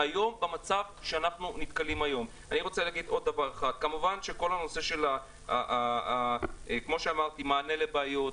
אני רוצה להגיד עוד דבר אחד כמובן שכל הנושא של מענה לבעיות,